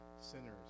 sinners